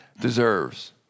deserves